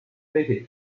city